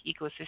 ecosystem